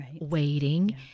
waiting